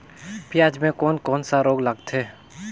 पियाज मे कोन कोन सा रोग लगथे?